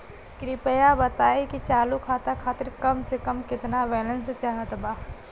कृपया बताई कि चालू खाता खातिर कम से कम केतना बैलैंस चाहत बा